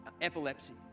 epilepsy